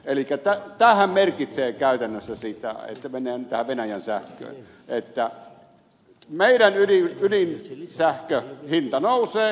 elikkä tämähän merkitsee käytännössä sitä menen tähän venäjän sähköön että meidän ydinsähköhintamme nousee